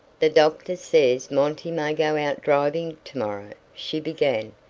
the doctor says monty may go out driving to-morrow, she began.